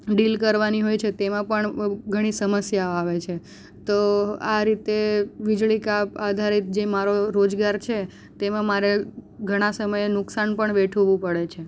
deal કરવાની હોય છે તેમાં પણ ઘણી સમસ્યા આવે છે તો આ રીતે વીજળી કાપ આધારિત જે મારો રોજગાર છે તેમાં મારે ઘણા સમયે નુકસાન પણ વેઠવવું પડે છે